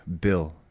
bill